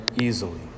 easily